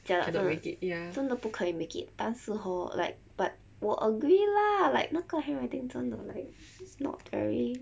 jialat 真的真的不可以 make it 但是 hor like but 我 agree lah like 那个 handwriting 真的 like it's not very